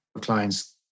clients